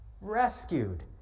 rescued